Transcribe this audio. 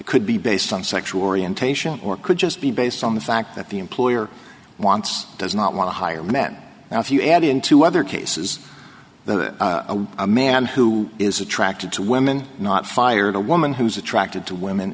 could be based on sexual orientation or could just be based on the fact that the employer wants does not want to hire men and if you add in two other cases that a man who is attracted to women not fired a woman who's attracted to women